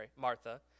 Martha